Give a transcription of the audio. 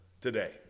today